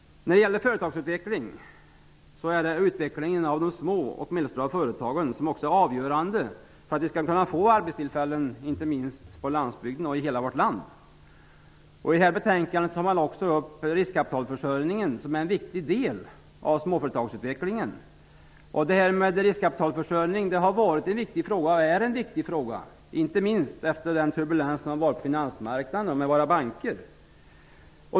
Utvecklingen av de små och medelstora företagen är avgörande för att vi skall kunna få arbetstillfällen i hela vårt land, inte minst på landsbygden. I betänkandet tar man också upp riskkapitalförsörjningen som är en viktig del av småföretagsutvecklingen. Det har varit och är en viktig fråga, inte minst efter den turbulens som varit på finansmarknaden och med våra banker.